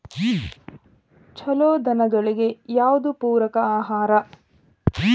ಛಲೋ ದನಗಳಿಗೆ ಯಾವ್ದು ಪೂರಕ ಆಹಾರ?